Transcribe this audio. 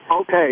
Okay